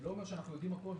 זה לא אומר שאנחנו יודעים הכל,